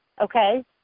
okay